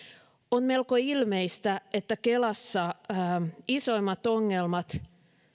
on melko ilmeistä että kelassa isoimmat ongelmat